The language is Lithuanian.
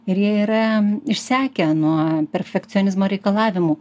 ir jie yra išsekę nuo perfekcionizmo reikalavimų